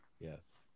Yes